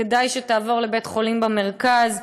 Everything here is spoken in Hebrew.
כדאי שתעבור לבית-חולים במרכז.